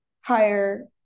higher